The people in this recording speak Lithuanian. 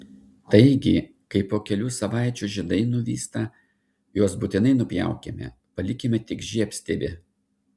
taigi kai po kelių savaičių žiedai nuvysta juos būtinai nupjaukime palikime tik žiedstiebį